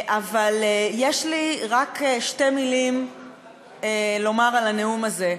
יש לי רק שתי מילים לומר על הנאום הזה: